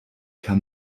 kann